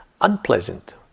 unpleasant